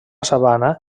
sabana